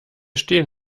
stehen